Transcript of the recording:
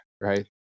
right